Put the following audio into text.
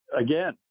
again